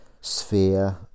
sphere